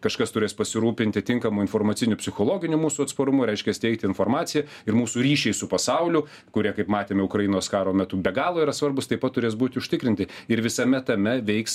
kažkas turės pasirūpinti tinkamu informaciniu psichologiniu mūsų atsparumu reiškias teikti informaciją ir mūsų ryšį su pasauliu kurie kaip matėme ukrainos karo metu be galo yra svarbūs taip pat turės būti užtikrinti ir visame tame veiks